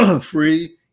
free